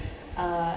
uh